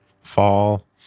Fall